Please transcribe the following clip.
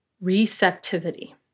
receptivity